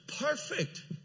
perfect